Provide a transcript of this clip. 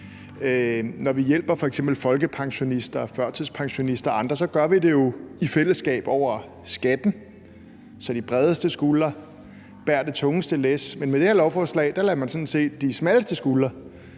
f.eks. hjælper folkepensionister, førtidspensionister og andre, gør vi det jo i fællesskab over skatten, så de bredeste skuldre bærer det tungeste læs, men med det her lovforslag lader man sådan set de smalleste skuldre